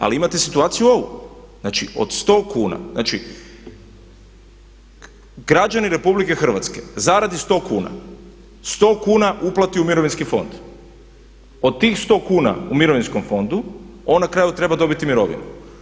Ali imate situaciju ovu, znači od 100 kuna, znači građani RH zaradi 100 kuna, 100 kuna uplati u mirovinski fond od tih 100 kuna u mirovinskom fondu on na kraju treba dobiti mirovinu.